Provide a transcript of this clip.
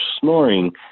snoring